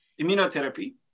immunotherapy